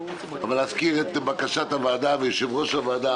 את בקשת הוועדה ויושב-ראש הוועדה,